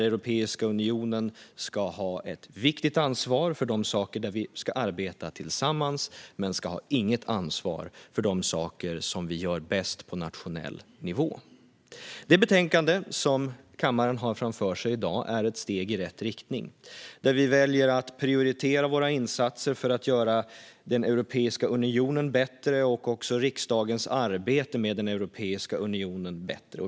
Europeiska unionen ska ha ett viktigt ansvar för de saker där vi ska arbeta tillsammans men inget ansvar för de saker som vi gör bäst på nationell nivå. Det betänkande som kammaren har framför sig i dag är ett steg i rätt riktning, där vi väljer att prioritera våra insatser för att göra Europeiska unionen och också riksdagens arbete med Europeiska unionen bättre.